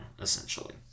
essentially